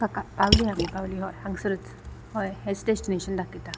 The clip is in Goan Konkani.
हा काका पावली आमी पावली हय हांगासरूच हय हेंच डेस्टिनेशन दाखयता